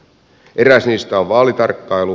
eräs niistä on vaalitarkkailu